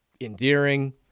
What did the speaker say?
endearing